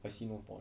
I see no point